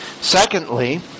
Secondly